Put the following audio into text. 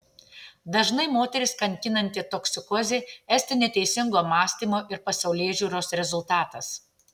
dažnai moteris kankinanti toksikozė esti neteisingo mąstymo ir pasaulėžiūros rezultatas